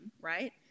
right